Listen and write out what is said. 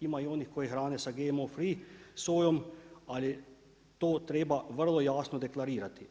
Ima i onih koji hrane sa GMO free sojom ali to treba vrlo jasno deklarirati.